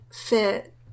fit